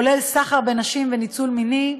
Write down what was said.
כולל סחר בנשים וניצול מיני,